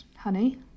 honey